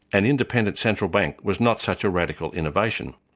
an independent central bank was not such a radical innovation.